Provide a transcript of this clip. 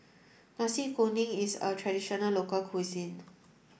Nasi Kuning is a traditional local cuisine